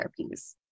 therapies